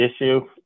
issue